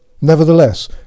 nevertheless